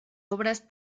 obras